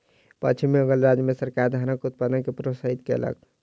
पश्चिम बंगाल राज्य मे सरकार धानक उत्पादन के प्रोत्साहित कयलक